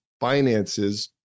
finances